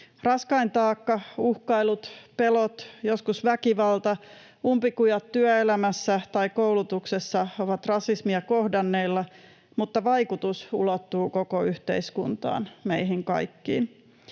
Raskain taakka — uhkailut, pelot, joskus väkivalta, umpikujat työelämässä tai koulutuksessa — on rasismia kohdanneilla, mutta vaikutus ulottuu koko yhteiskuntaan, meihin kaikkiin.